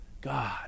God